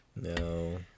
No